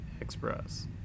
express